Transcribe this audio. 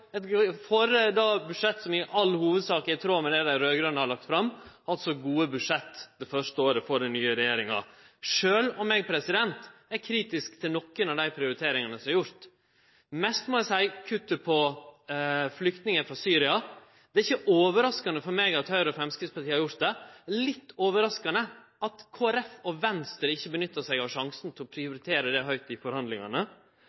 eit budsjett som i all hovudsak er i tråd med det dei raud-grøne har lagt fram, altså eit godt budsjett det første året for den nye regjeringa, sjølv om eg er kritisk til nokre av dei prioriteringane som er gjorde. Det gjeld mest kuttet som gjeld flyktningar frå Syria. Det er ikkje overraskande for meg at Høgre og Framstegspartiet har gjort det. Litt overraskande er det at Kristeleg Folkeparti og Venstre ikkje har nytta sjansen til å